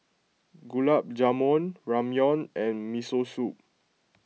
Gulab Jamun Ramyeon and Miso Soup